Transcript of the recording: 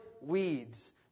weeds